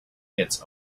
its